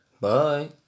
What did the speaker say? bye